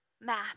math